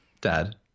Dad